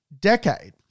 decade